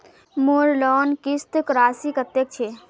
मोर लोन किस्त राशि कतेक छे?